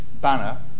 banner